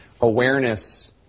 awareness